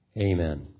Amen